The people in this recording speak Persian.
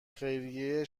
خیریه